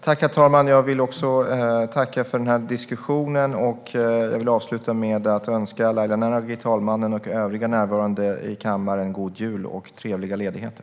Herr talman! Jag vill också tacka för diskussionen, och jag vill avsluta med att önska Laila Naraghi, talmannen och övriga närvarande i kammaren god jul och trevliga ledigheter.